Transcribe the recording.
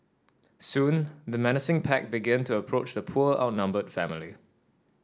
soon the menacing pack began to approach the poor outnumbered family